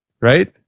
right